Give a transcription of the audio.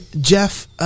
Jeff